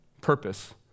purpose